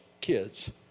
kids